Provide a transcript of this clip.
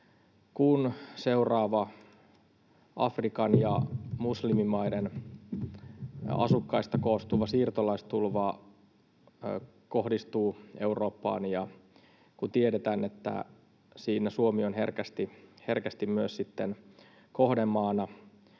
kun seuraava Afrikan ja muslimimaiden asukkaista koostuva siirtolaistulva kohdistuu Eurooppaan ja kun tiedetään, että siinä Suomi on herkästi myös sitten kohdemaana,